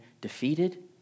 defeated